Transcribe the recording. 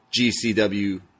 GCW